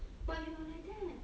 but you are like that